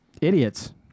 Idiots